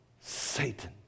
Satan